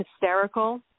hysterical